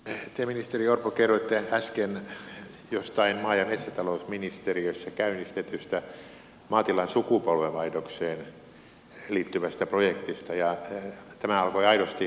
te ministeri orpo kerroitte äsken jostain maa ja metsätalousministeriössä käynnistetystä maatilan sukupolvenvaihdokseen liittyvästä projektista ja tämä alkoi aidosti kiinnostaa minua